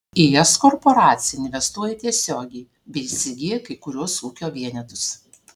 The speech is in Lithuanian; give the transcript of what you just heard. į jas korporacija investuoja tiesiogiai bei įsigyja kai kuriuos ūkio vienetus